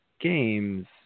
games